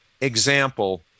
example